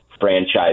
franchise